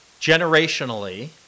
generationally